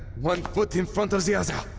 one foot in front of ze ozer.